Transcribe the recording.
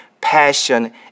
passion